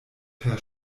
per